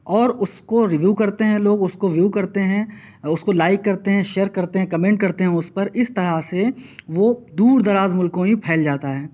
اور اس کو ریویو کرتے ہیں لوگ اس کو ویو کرتے ہیں اس کو لائک کرتے ہیں شیئر کرتے ہیں کمنٹ کرتے ہیں اس پر اس طرح سے وہ دور دراز ملکوں میں پھیل جاتا ہے